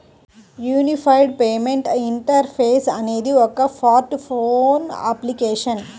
unified payment interface అనేది ఒక smart phone application